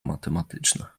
matematyczne